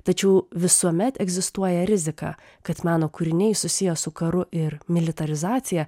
tačiau visuomet egzistuoja rizika kad meno kūriniai susiję su karu ir militarizacija